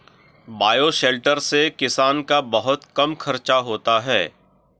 bioshelter से किसान का बहुत कम खर्चा होता है